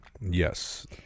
Yes